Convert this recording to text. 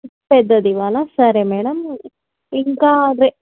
పెద్దది ఇవ్వాలా సరే మేడం ఇంకా అదే